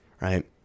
right